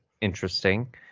interesting